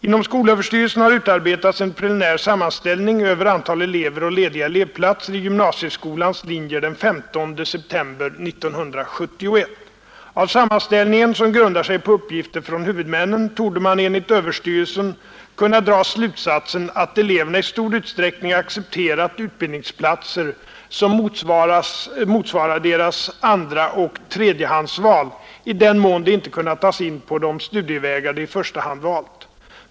Inom skolöverstyrelsen har utarbetats en preliminär sammanställning över antal elever och lediga elevplatser i gymnasieskolans linjer den 15 september 1971 Av sammanställningen, som grundar sig på uppgifter fran huvudmännen, torde man enligt överstyrelsen kunna dra slutsatsen att eleverna i stor utsträckning accepterat utbildningsplatser som motsvarat deras andraoch tredjehandsval i den mån de inte kunnat tas in på de studievägar de i första hand valt.